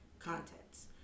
Contents